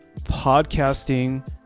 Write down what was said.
podcasting